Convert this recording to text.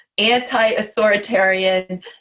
anti-authoritarian